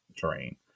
terrain